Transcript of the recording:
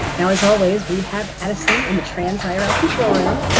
now as always we have addison in the trans ah irl control room,